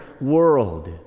world